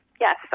yes